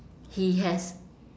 he has